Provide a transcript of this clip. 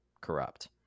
corrupt